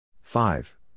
Five